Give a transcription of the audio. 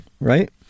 right